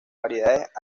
variedades